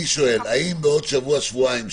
האם בעוד שבוע-שבועיים,